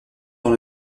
dans